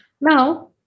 Now